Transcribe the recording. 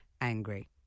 angry